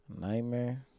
Nightmare